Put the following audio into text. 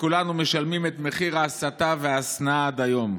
וכולנו משלמים את מחיר ההסתה וההשנאה עד היום.